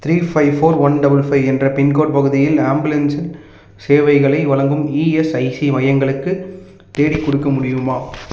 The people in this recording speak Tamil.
three five four one double five என்ற பின்கோடு பகுதியில் ஆம்புலன்ஸ் சேவைகளை வழங்கும் இஎஸ்ஐசி மையங்களுக்கு தேடிக்கொடுக்க முடியுமா